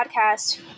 podcast